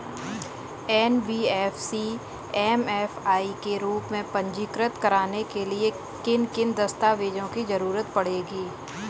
NBFC MFI के रूप में पंजीकृत कराने के लिए किन किन दस्तावेजों की जरूरत पड़ेगी?